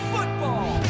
Football